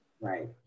Right